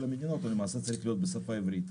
המדינות הוא למעשה צריך להיות בשפה העברית.